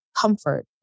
comfort